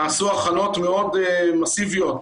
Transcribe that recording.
נעשו הכנות מסיביות מאוד,